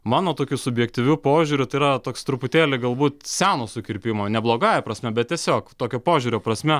mano tokiu subjektyviu požiūriu tai yra toks truputėlį galbūt seno sukirpimo ne blogąja prasme bet tiesiog tokio požiūrio prasme